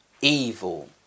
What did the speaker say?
evil